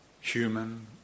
human